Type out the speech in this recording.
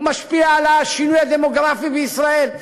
הוא משפיע על השינוי הדמוגרפי בישראל,